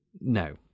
No